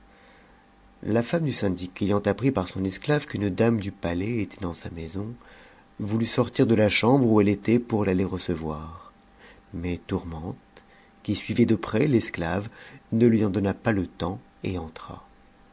la femme du syndic ayant appris par son esclave qu'une dame du palais était dans sa maison voulut sortir de la chambre où elle était pour l'aller recevoir mais tourmente qui suivait de près l'esclave ne lui en donna pas le temps et entra